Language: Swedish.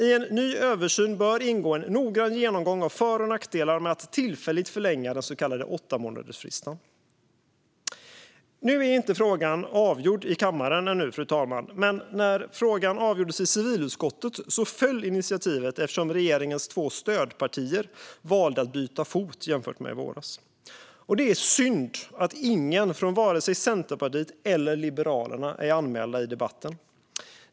I en ny översyn bör ingå en noggrann genomgång av för och nackdelar med att tillfälligt förlänga den så kallade åttamånadersfristen. Nu är inte frågan ännu avgjord i kammaren, fru talman, men när den avgjordes i civilutskottet föll initiativet eftersom regeringens två stödpartier valde att byta fot jämfört med i våras. Det är synd att ingen från vare sig Centerpartiet eller Liberalerna är anmäld till den här debatten.